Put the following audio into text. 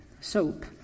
Soap